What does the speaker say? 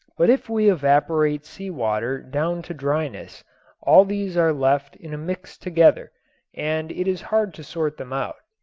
but if we evaporate sea-water down to dryness all these are left in a mix together and it is hard to sort them out.